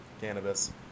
cannabis